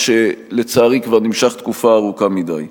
ושלצערי כבר נמשך תקופה ארוכה מדי.